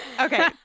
Okay